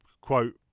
quote